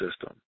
system